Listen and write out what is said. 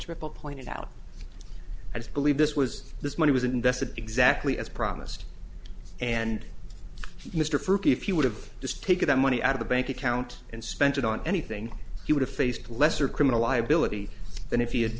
judge ripple pointed out i believe this was this money was invested exactly as promised and mr if you would have just taken the money out of the bank account and spent it on anything you would have faced lesser criminal liability than if you